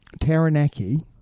Taranaki